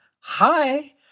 hi